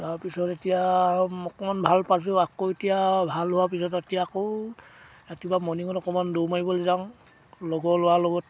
তাৰপিছত এতিয়া অকণমান ভাল পাইছোঁ আকৌ এতিয়া ভাল হোৱা পিছত এতিয়া আকৌ ৰাতিপুৱা মৰ্ণিঙত অকণমান দৌৰ মাৰিবলৈ যাওঁ লগৰ ল'ৰাৰ লগত